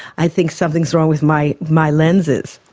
i think something is wrong with my my lenses.